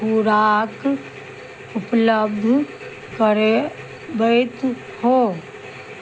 खोराक उपलब्ध करबैत होइ